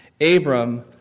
Abram